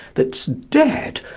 that's dead,